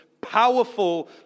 powerful